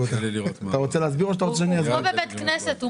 אתה יודע שזה נקרא מרפסת